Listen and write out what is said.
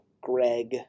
Greg